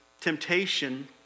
temptation